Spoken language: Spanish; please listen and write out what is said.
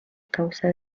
causa